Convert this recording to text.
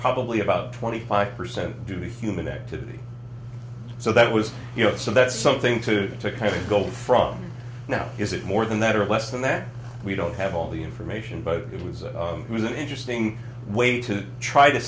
probably about twenty five percent to be fumin activity so that was you know so that's something to to kind of go from now is it more than that or less than that we don't have all the information but it was a really interesting way to try to